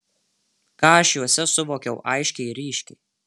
ką aš juose suvokiau aiškiai ir ryškiai